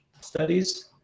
studies